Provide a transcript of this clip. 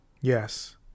Yes